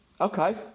Okay